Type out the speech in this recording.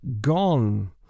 gone